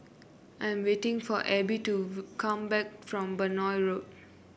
I am waiting for Abbey to come back from Benoi Road